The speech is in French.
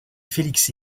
félix